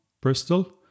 Bristol